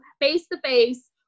face-to-face